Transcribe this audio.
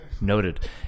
noted